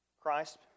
Christ